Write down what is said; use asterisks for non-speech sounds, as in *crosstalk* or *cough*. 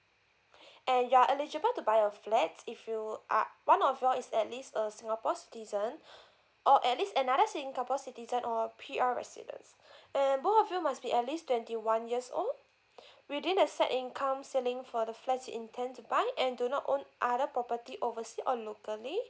*breath* and you're eligible to buy a flats if you are one of you all is at least a singapore citizen *breath* or at least another sing~ couple citizen or P_R residents *breath* and both of you must be at least twenty one years old *breath* within the set income ceiling for the flats you intend to buy and do not own other property oversea or locally